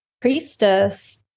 priestess